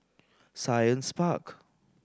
Science Park